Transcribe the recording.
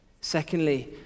Secondly